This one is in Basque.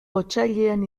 otsailean